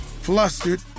Flustered